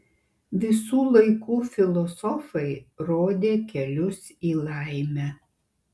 visų laikų filosofai rodė kelius į laimę